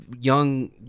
young